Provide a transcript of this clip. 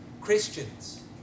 Christians